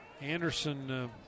Anderson